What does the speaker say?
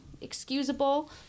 excusable